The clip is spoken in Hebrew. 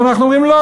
ואנחנו אומרים: לא,